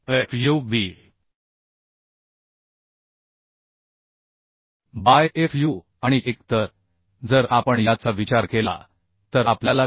25 F U B by F U आणि 1 तर जर आपण याचा विचार केला तर आपल्याला के